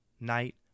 night